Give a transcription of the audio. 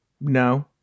no